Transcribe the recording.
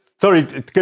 Sorry